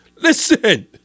Listen